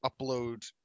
upload